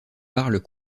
parlent